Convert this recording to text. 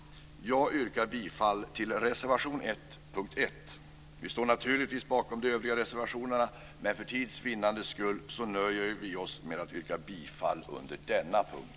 Jag yrkar bifall till reservation 1 under punkt 1. Vi står naturligtvis bakom de övriga reservationerna, men för tids vinnande nöjer vi oss med att yrka bifall under denna punkt.